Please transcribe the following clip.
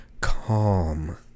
Calm